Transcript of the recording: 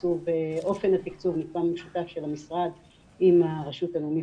אופן התקצוב נקבע במשותף בין המשרד לרשות הלאומית